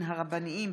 יאיר גולן,